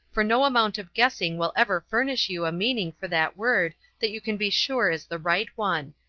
for no amount of guessing will ever furnish you a meaning for that word that you can be sure is the right one.